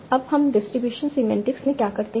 अब हम distribution semantics में क्या करते हैं